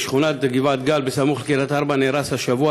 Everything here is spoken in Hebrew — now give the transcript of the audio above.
בשכונת גבעת-גל בסמוך לקריית-ארבע נהרס השבוע